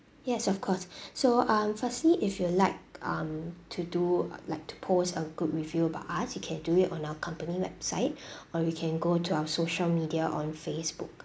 yes of course so um firstly if you like um to do like to post a good review about us you can do it on our company website or you can go to our social media on facebook